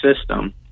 system